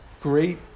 great